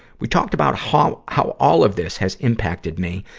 we talked about how how all of this has impacted me,